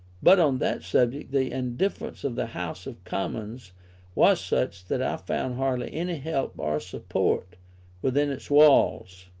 but on that subject the indifference of the house of commons was such that i found hardly any help or support within its walls.